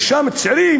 יש שם צעירים,